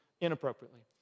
inappropriately